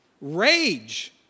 Rage